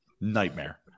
Nightmare